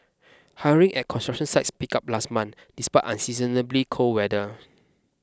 hiring at construction sites picked up last month despite unseasonably cold weather